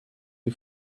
you